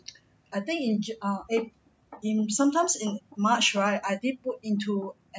I think in j~ err a~ in sometimes in march right I did put into